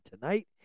tonight